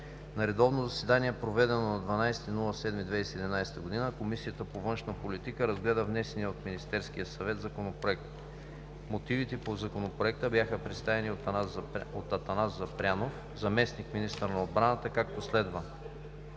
На редовно заседание, проведено на 12 юли 2017 г., Комисията по външна политика разгледа внесения от Министерския съвет Законопроект. Мотивите по Законопроекта бяха представени от Атанас Запрянов – заместник-министър на отбраната, както следва: